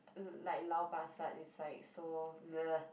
like Lau-Pa-Sat is like so !bleh!